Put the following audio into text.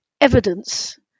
evidence